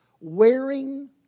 wearing